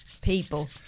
People